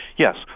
Yes